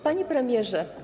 Panie Premierze!